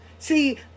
See